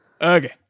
okay